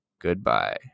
goodbye